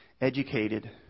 educated